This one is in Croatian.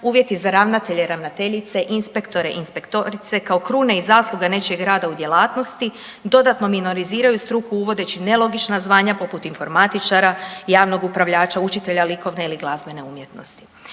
uvjete za ravnatelje i ravnateljice, inspektore i inspektorice, kao krune i zasluge nečijeg rada u djelatnosti, dodatno minoriziraju struku uvodeći nelogična zvanja poput informatičara, javnog upravljača likovne ili glazbene umjetnosti.